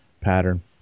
pattern